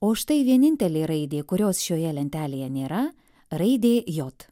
o štai vienintelė raidė kurios šioje lentelėje nėra raidė jot